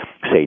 say